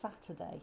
Saturday